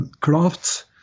crafts